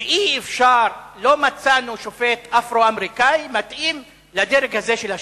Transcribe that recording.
שלא מצאנו שופט אפרו-אמריקני מתאים לדרג הזה של השיפוט?